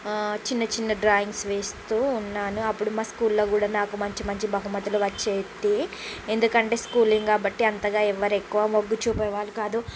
ఆ చిన్న చిన్న డ్రాయింగ్స్ వేస్తూ ఉన్నాను అప్పుడు మా స్కూల్లో కూడా నాకు మంచిమంచి బహుమతులు వచ్చేవి ఎందుకంటే స్కూలింగ్ కాబట్టి అంతగా ఎవరు ఎక్కువ మొగ్గు చూపే వాళ్ళు కాదు